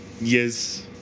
Yes